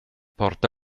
porta